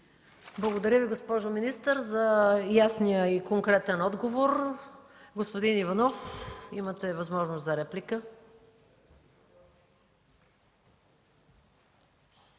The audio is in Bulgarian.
Благодаря Ви, госпожо министър, за ясния и конкретен отговор. Господин Иванов, имате възможност за реплика.